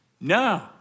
No